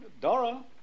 Dora